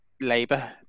labour